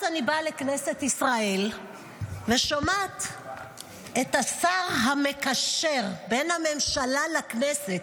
אז אני באה לכנסת ישראל ושומעת את השר המקשר בין הממשלה לכנסת,